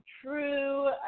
true